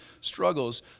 struggles